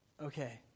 Okay